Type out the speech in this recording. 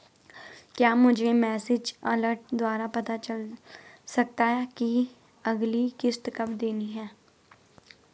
क्या मुझे message alert द्वारा पता चल सकता कि अगली किश्त कब देनी है?